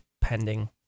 pending